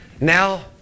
now